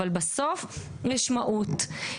אבל בסוף יש מהות.